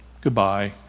goodbye